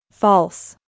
False